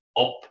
up